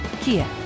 Kia